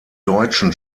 deutschen